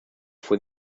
fue